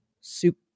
soup